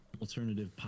alternative